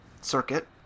circuit